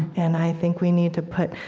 and i think we need to put,